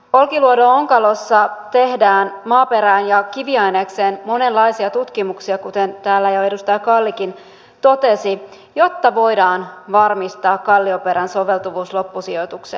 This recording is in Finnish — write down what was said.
olkiluodon onkalossa tehdään maaperään ja kiviainekseen monenlaisia tutkimuksia kuten täällä jo edustaja kallikin totesi jotta voidaan varmistaa kallioperän soveltuvuus loppusijoitukseen